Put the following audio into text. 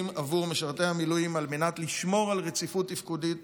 בעבור משרתי המילואים על מנת לשמור על רציפות תפקודית